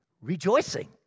Rejoicing